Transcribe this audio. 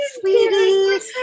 sweetie